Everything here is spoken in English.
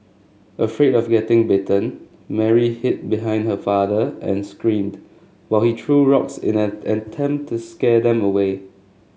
afraid of getting bitten Mary hid behind her father and screamed while he threw rocks in an attempt to scare them away